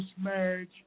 marriage